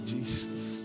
Jesus